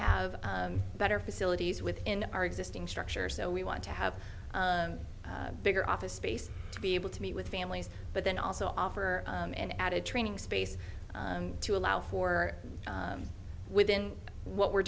have better facilities within our existing structure so we want to have a bigger office space to be able to meet with families but then also offer an added training space to allow for within what we're